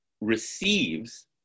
receives